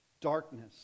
darkness